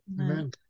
Amen